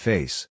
Face